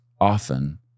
often